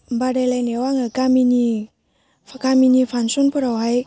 बादायलायनायाव आङो गामिनि गामिनि फांसनफोरावहाय